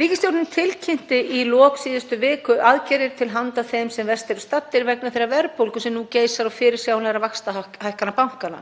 „Ríkisstjórnin kynnti í lok síðustu viku aðgerðir til handa þeim sem verst eru staddir vegna þeirrar verðbólgu sem nú geisar og fyrirsjáanlegra vaxtahækkana bankanna.